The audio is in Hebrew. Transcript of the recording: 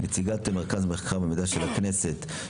נציגת מרכז המחקר והמידע של הכנסת,